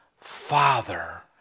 Father